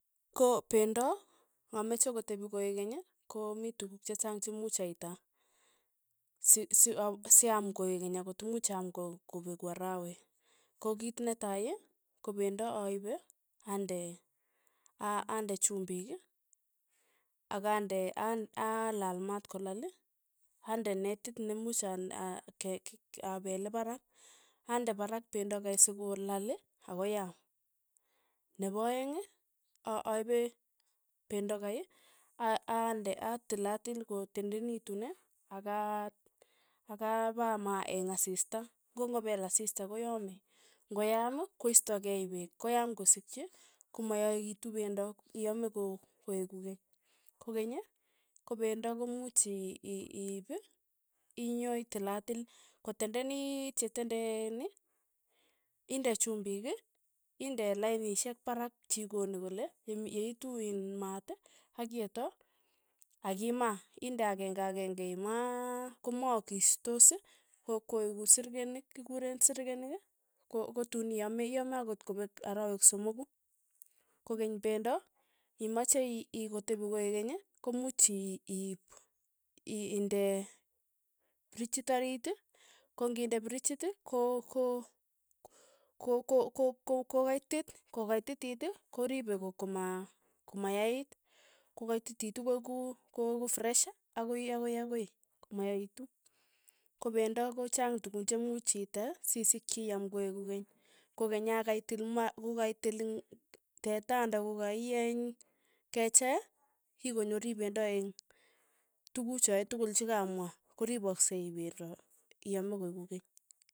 Ko pendo ameche kotepi koekeny, ko mi tukuk chechang chemuuch aita, si- si- siaam koekeeny akot imuch aaam ko- kopeku arawet, ko kiit netai ko pendo aipe ande a- ande chumbik, akande a- alaal maat kolal, ande netit nemuch a- a ke- kek apele parak, ande parak pendo kai sokolal akoyaam, nepo aeng, a- aipe pendo kai a- alde atilatil kotendenitun akaa akapamaa eng' asista, ko ng'o peel asista koyame, ng'oyam koistokei peek, koyam kosikchi komayaekitu pendo, iyame ko- koeku keny, kokeny kopendo komuch i- i- iip, inyo itilatil kotendeniit chetenden inde chumbik, inde lainishek parak chikoni kole, yemi yeitu iin maat ak iyeto, akimaa, inde akeng'e akeng'e imaa komwakistos, ko- koeku sirkenik, kikure sirkenik ko- kotuun iame, iame ang'ot kopek arawek somoku, kokeny pendo imache i- ikotepi koekenyi ko muuch i- i- iindee prichit oriit, ko ng'inde prichit ko- ko- ko- ko- ko kaitit, ko kaitit, koripe koma komayait, kokaitititu koeuku koeku fresh, akoi akoi akoi, komayaitu, ko pendo kochang tukun che muut iite sisikchi iam koeuku keny, kokeny ya kaitil ma kokaitil ing' teta anda kokaieeny kechee ikonori pendo eng' tukochoe tokol cha kamwa, koripoksei pendo, iame koeku keny.